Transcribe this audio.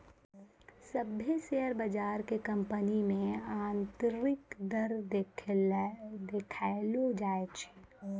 सभ्भे शेयर बजार के कंपनी मे आन्तरिक दर देखैलो जाय छै